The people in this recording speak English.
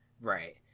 right